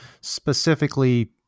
specifically